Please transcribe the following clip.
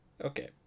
Okay